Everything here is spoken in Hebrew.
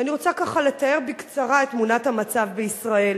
ואני רוצה ככה לתאר בקצרה את תמונת המצב בישראל.